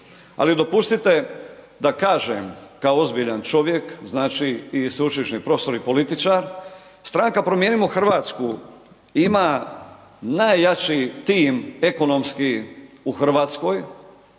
Ali dopustite da kažem kao ozbiljan čovjek, znači i sveučilišni profesor i političar Stranka Promijenimo Hrvatsku ima najjači tim ekonomski u Hrvatskoj